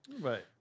Right